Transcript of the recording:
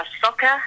soccer